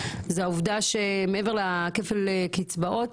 זה העובדה שמעבר לכפל קצבאות,